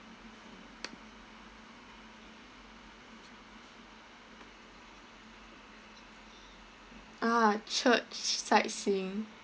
ah church sightseeing